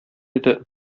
иде